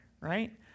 right